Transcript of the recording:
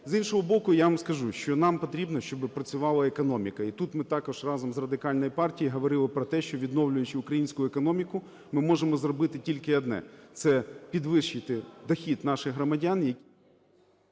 З іншого боку, я вам скажу, що нам потрібно, щоби працювала економіка. І тут ми також разом з Радикальною партією говорили про те, що відновлюючи українську економіку, ми можемо зробити тільки одне – це підвищити дохід наших громадян,